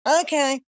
Okay